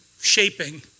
shaping